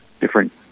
different